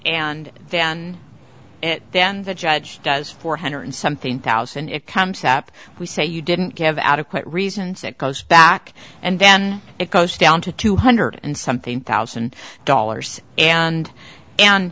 and then it then the judge does four hundred something thousand it comes up we say you didn't give adequate reasons that goes back and then it goes down to two hundred and something thousand dollars and and